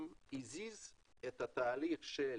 הזיז את התהליך של